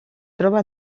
troba